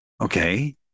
Okay